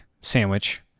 sandwich